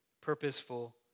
purposeful